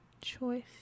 choice